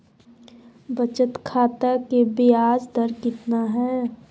बचत खाता के बियाज दर कितना है?